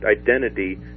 identity